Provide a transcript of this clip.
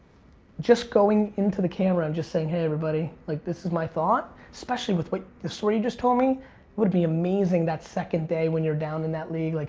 just going in to the camera and just saying, hey everybody, like this is my thought. especially with with the story you just told me would be amazing that second day when you're down in that league, like